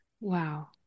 Wow